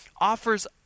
Offers